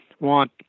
want